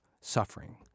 suffering